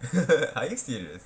are you serious